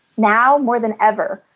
now more than ever,